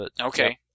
Okay